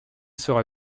sera